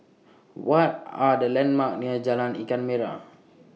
What Are The landmarks near Jalan Ikan Merah